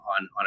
on